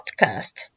podcast